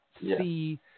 see